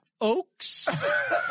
Oaks